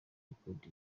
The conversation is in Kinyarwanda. records